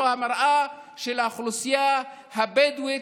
זו המראה של האוכלוסייה הבדואית,